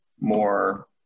more